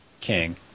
King